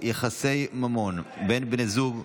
יחסי ממון בין בני זוג (תיקון,